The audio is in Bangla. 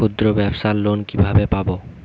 ক্ষুদ্রব্যাবসার লোন কিভাবে পাব?